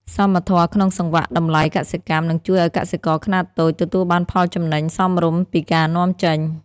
សមធម៌ក្នុងសង្វាក់តម្លៃកសិកម្ម នឹងជួយឱ្យកសិករខ្នាតតូចទទួលបានផលចំណេញសមរម្យពីការនាំចេញ។